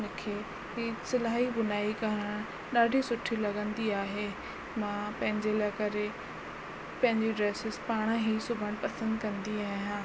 मूंखे ई सिलाई भुञाई करणु ॾाढी सुठी लॻंदी आहे मां पंहिंजे लाइ करे पंहिंजी ड्रेसिस पाण ई सिबण पसंदि कंदी आहियां